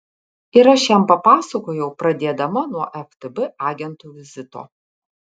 ir aš jam papasakojau pradėdama nuo ftb agentų vizito